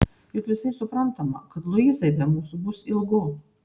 juk visai suprantama kad luizai be mūsų bus ilgu